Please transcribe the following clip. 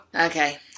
Okay